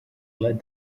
led